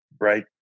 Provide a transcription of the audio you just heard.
right